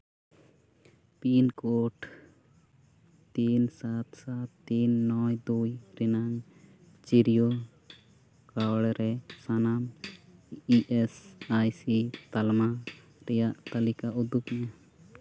pin code ᱛᱤᱱ ᱥᱟᱛ ᱥᱟᱛ ᱛᱤᱱ ᱱᱚᱭ ᱫᱩᱭ ᱨᱮᱱᱟᱜ ᱪᱤᱨᱤᱭᱳ ᱠᱚᱬ ᱨᱮ ᱥᱟᱱᱟᱢ ᱤ ᱮᱥ ᱟᱭ ᱥᱤ ᱛᱟᱞᱢᱟ ᱨᱮᱭᱟᱜ ᱛᱟᱹᱞᱤᱠᱟ ᱩᱫᱩᱜᱽ ᱢᱮ